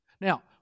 Now